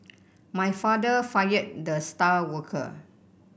my father fired the star worker